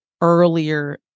earlier